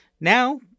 Now